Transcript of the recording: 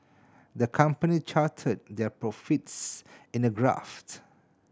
the company charted their profits in a graph